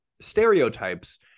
stereotypes